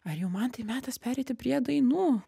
ar jau mantai metas pereiti prie dainų